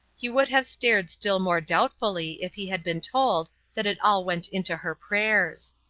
he would have stared still more doubtfully if he had been told that it all went into her prayers.